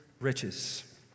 riches